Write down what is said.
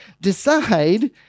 decide